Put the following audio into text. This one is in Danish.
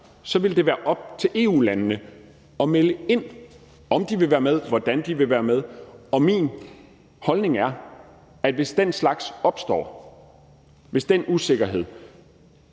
vil det være op til EU-landene at melde ind, om de vil være med, hvordan de vil være med. Og min holdning er, at hvis den slags opstår, hvis den usikkerhed